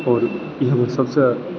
आओर इहो सभसे